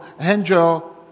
Angel